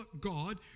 God